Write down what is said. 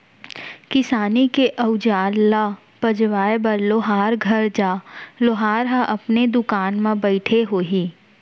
किसानी के अउजार ल पजवाए बर लोहार घर जा, लोहार ह अपने दुकान म बइठे होही